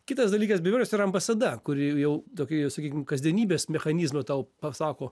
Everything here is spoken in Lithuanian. kitas dalykas be abejonės yra ambasada kuri jau tokia sakykime kasdienybės mechanizmo tau pasako